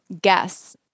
guess